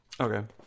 Okay